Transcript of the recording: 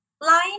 line